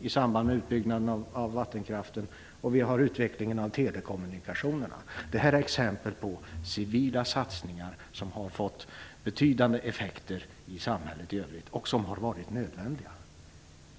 i samband med utbyggnaden av vattenkraften och utvecklingen av telekommunikationerna. Detta är exempel på civila satsningar som har fått betydande effekter för samhället i övrigt och som har varit nödvändiga.